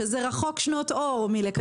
וזה רחוק שנות מאור מלקיים כזה פרויקט.